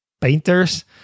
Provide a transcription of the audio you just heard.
painters